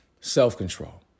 Self-control